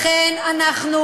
לכן אנחנו